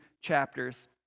chapters